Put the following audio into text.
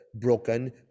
broken